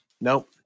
Nope